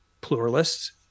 pluralists